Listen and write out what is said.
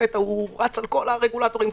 הוא רץ על כל הרגולטורים.